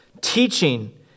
teaching